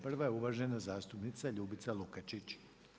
Prva je uvažena zastupnica Ljubica Lukačić.